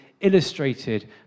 illustrated